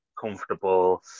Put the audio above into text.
comfortable